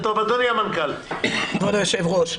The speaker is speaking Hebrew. כבוד היושב-ראש,